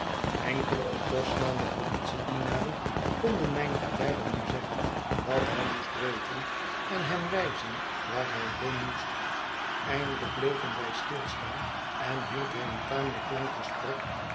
enkele op post staande politiedienaren konden mijn geleider nu zeggen wat hij moest weten en hem wijzen waar hij heen moest eindelijk bleven wij stilstaan en hield hij een tamelijk lang gesprek